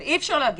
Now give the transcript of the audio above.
אבל אי אפשר לומר